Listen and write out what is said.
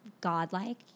godlike